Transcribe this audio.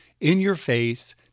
in-your-face